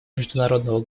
международного